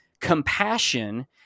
compassion